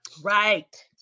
Right